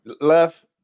left